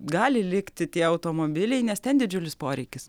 gali likti tie automobiliai nes ten didžiulis poreikis